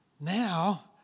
Now